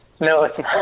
no